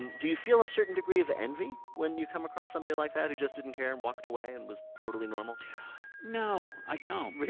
do you feel a certain degree of envy when you come across somebody like that who just didn't care and walked away and was totally normal? mo no, i don't.